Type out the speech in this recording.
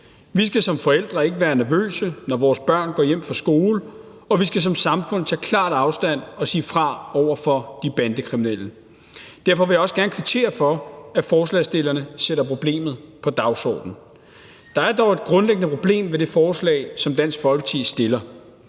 Vi skal som forældre ikke være nervøse, når vores børn går hjem fra skole, og vi skal som samfund tage klart afstand og sige fra over for de bandekriminelle. Derfor vil jeg også gerne kvittere for, at forslagsstillerne sætter problemet på dagsordenen. Der er dog et grundlæggende problem ved det forslag, som Dansk Folkeparti har